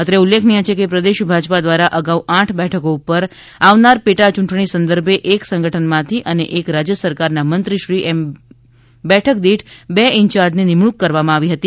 અત્રે ઉલ્લેખનીય છે કે પ્રદેશ ભાજપા દ્વારા અગાઉ આઠ બેઠકો પર આવનાર પેટાચૂંટણી સંદર્ભે એક સંગઠનમાંથી અને એક રાજ્ય સરકારના મંત્રીશ્રી એમ બેઠક દીઠ બે ઇન્ચાર્જની નિમણુંક કરવામાં આવી હતી